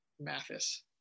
Mathis